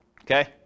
Okay